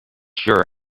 sure